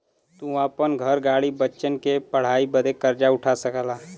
तू आपन घर, गाड़ी, बच्चन के पढ़ाई बदे कर्जा उठा सकला